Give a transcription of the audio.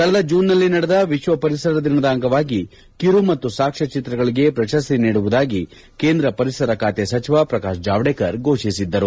ಕಳೆದ ಜೂನ್ನಲ್ಲಿ ನಡೆದ ವಿಶ್ವ ಪರಿಸರ ದಿನದ ಅಂಗವಾಗಿ ಕಿರು ಮತ್ತು ಸಾಕ್ಷ್ನ ಚಿತ್ರಗಳಗೆ ಪ್ರಶಸ್ತಿ ನೀಡುವುದಾಗಿ ಕೇಂದ್ರ ಪರಿಸರ ಖಾತೆ ಸಚಿವ ಪ್ರಕಾಶ್ ಜಾವಡೇಕರ್ ಘೋಷಿಸಿದ್ದರು